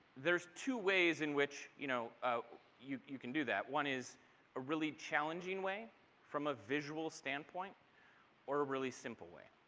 there's two ways in which you know you you can do that. one is a really challenging way from a visual standpoint or a simple way.